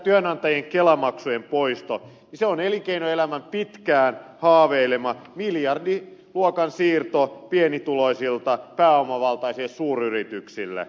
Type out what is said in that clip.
esimerkiksi tämä työnantajien kelamaksun poisto on elinkeinoelämän pitkään haaveilema miljardiluokan siirto pienituloisilta pääomavaltaisille suuryrityksille